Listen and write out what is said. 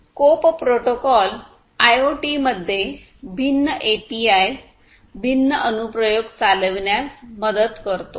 कोप protocol आयओटीमध्ये भिन्न API भिन्न अनुप्रयोग चालविण्यास मदत करतो